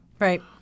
Right